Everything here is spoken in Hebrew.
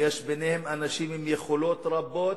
ויש ביניהם אנשים עם יכולות רבות,